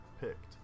picked